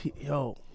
Yo